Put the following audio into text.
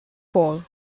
fall